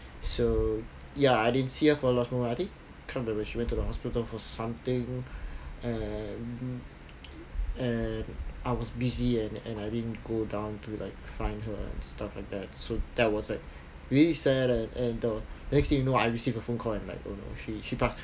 so ya I didn't see her for her last moment I think can't remember she went to the hospital for something and and I was busy and and I didn't go down to like find her and stuff like that so that was like really sad and and the next thing you know I received a phone call and like oh no she she passed